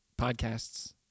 podcasts